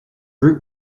route